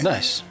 Nice